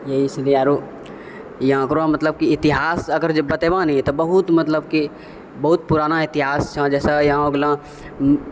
यही इसीलिए आरो यहाँ एकरो मतलब इतिहास अगर जे बतेबी ने तऽ बहुत मतलब की बहुत पुराना इतिहास छौ जैसे यहाँ हो गेलौ